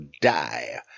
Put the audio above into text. die